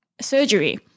surgery